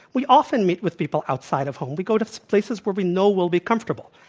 we often meet with people outside of home. we go to places where we know we'll be comfortable.